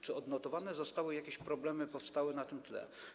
Czy odnotowane zostały jakieś problemy powstałe na tym tle?